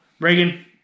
Reagan